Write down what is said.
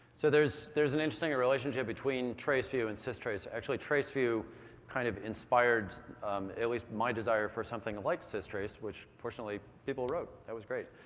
so there's there's an interesting relationship between traceview and systrace. actually, traceview kind of inspired at least my desire for something like systrace, which, fortunately, people wrote. that was great.